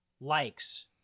Likes